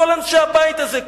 כל אנשי הבית הזה,